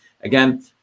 Again